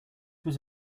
was